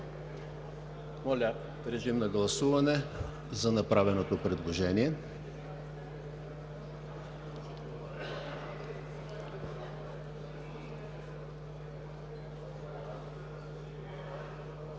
Моля, режим на гласуване за направеното предложение.